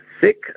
sick